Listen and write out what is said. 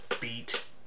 beat